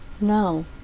No